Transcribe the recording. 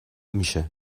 میشه